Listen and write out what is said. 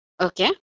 Okay